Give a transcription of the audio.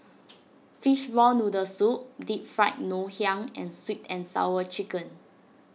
Fishball Noodle Soup Deep Fried Ngoh Hiang and Sweet and Sour Chicken